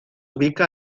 ubica